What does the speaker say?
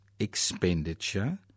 Expenditure